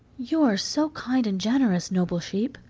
you are so kind and generous, noble sheep,